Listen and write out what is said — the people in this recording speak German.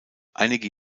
einige